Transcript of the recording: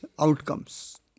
outcomes